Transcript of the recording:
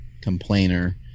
complainer